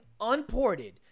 unported